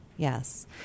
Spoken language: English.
Yes